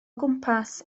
gwmpas